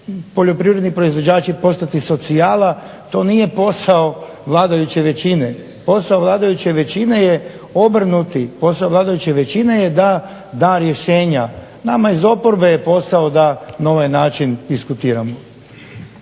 poljoprivredni proizvođači postati socijala. To nije posao vladajuće većine, posao vladajuće većine je obrnuti, posao vladajuće većine je da da rješenja. Nama iz oporbe je posao da na ovaj način diskutiramo.